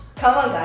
come on guys,